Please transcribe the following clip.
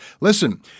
Listen